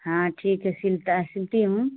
हाँ ठीक है सिलता है सिलती हूँ